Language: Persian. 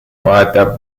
مودب